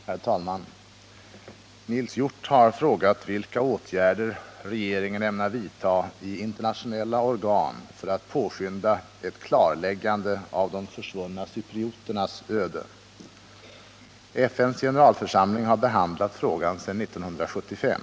Herr talman! Nils Hjorth har frågat vilka åtgärder regeringen ämnar vidta i internationella organ för att påskynda ett klarläggande av de försvunna cyprioternas öde. FN:s generalförsamling har behandlat frågan sedan 1975.